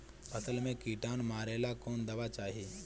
फसल में किटानु मारेला कौन दावा चाही?